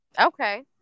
Okay